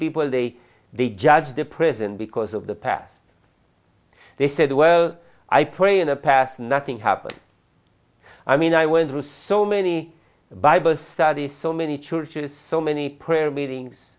people they the judge the present because of the past they said well i pray in the past nothing happened i mean i went through so many bible studies so many churches so many prayer meetings